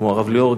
כמו הרב ליאור,